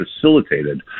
facilitated